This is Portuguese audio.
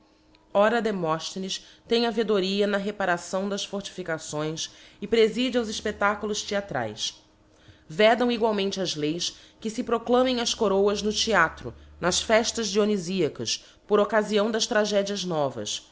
ora demofthenes tem a védoria na reparação das fortificações e prefide aos efpeélaculos theatraes vedam egualmente as leis que fe proclamem as coroas no theatro nas feftas dionyfiacas por occafião das tragedias novas